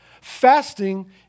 Fasting